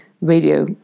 radio